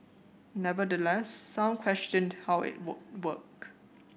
nevertheless some questioned how it would work